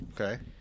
Okay